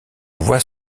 vois